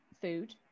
food